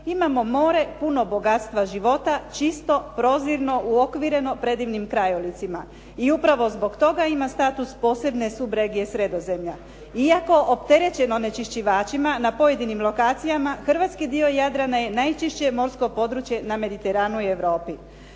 imamo more puno bogatstva, života, čisto, prozorno, uokvireno predivnim krajolicima. I upravo zbog toga ima status posebne subregije Sredozemlja. Iako opterećen onečišćivačima na pojedinim lokacijama hrvatski dio Jadrana je najčišće morsko područje na Mediteranu i Europi.